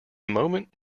moment